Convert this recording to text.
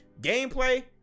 gameplay